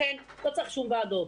לכן לא צריך שום ועדות.